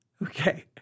Okay